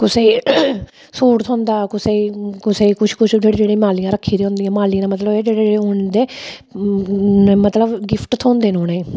कुसै गी सूट थ्होंदा कुसै गी कुसै गी कुछ कुछ जेह्ड़ी जेह्ड़ी मालियां रक्खी दियां होंदियां मालियें दा मतलब होएआ जेह्ड़े जेह्ड़े उं'दे मतलब गिफ्ट थ्होंदे न उ'नेंगी